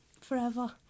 Forever